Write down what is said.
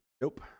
nope